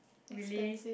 really